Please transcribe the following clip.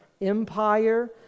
empire